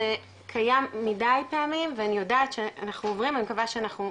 זה קיים מדי פעמים ואני יודעת שאנחנו עוברים ואני מקווה שאנחנו,